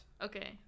Okay